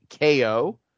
KO